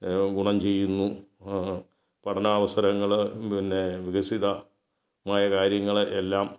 ഗുണം ചെയ്യുന്നു പഠനാവസരങ്ങൾ പിന്നെ വികസിതമായ കാര്യങ്ങൾ എല്ലാം